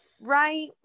right